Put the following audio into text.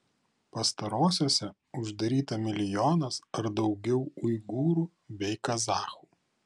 pastarosiose uždaryta milijonas ar daugiau uigūrų bei kazachų